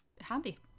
Handy